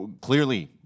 clearly